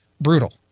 brutal